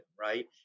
right